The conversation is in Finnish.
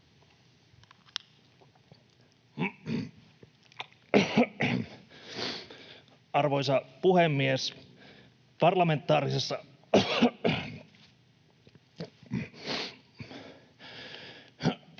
Arvoisa puhemies! Parlamentaarisessa...